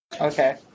Okay